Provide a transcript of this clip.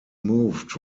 moved